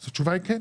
אז התשובה היא כן.